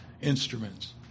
instruments